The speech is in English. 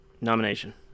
nomination